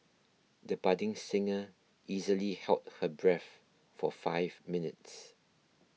the budding singer easily held her breath for five minutes